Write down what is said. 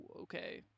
okay